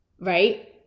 right